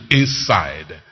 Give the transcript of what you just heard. inside